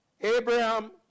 Abraham